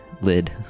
lid